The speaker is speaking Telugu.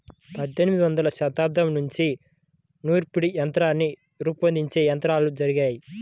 పద్దెనిమదవ శతాబ్దం నుంచే నూర్పిడి యంత్రాన్ని రూపొందించే ప్రయత్నాలు జరిగాయి